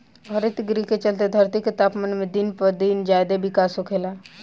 हरितगृह के चलते धरती के तापमान में दिन पर दिन ज्यादे बिकास होखेला